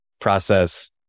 process